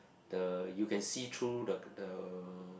the you can see through the the